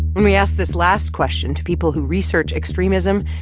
when we asked this last question to people who research extremism,